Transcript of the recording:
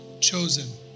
chosen